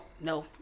no